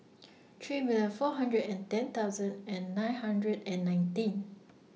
three million four hundred ten thousand and nine hundred and nineteen